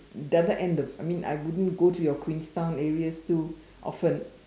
the other end of I mean I wouldn't go to you Queenstown areas too often